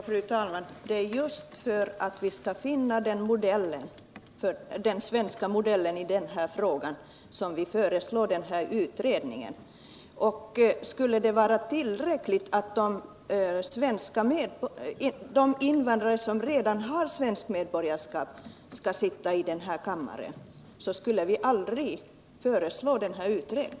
Fru talman! Just för att vi skall kunna finna den svenska modellen i denna fråga föreslår vi en utredning. Vore det tillräckligt att de invandrare som redan har svenskt medborgarskap fick sitta i denna kammare, skulle vi aldrig föreslå denna utredning.